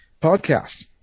podcast